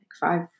five